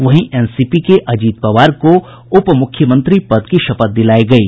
वहीं एनसीपी के अजीत पवार को उप मुख्यमंत्री पद की शपथ दिलायी गयी